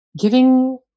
giving